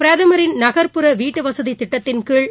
பிரதமரின் நகர்புற வீட்டுவசதிதிட்டத்தின் கீழ்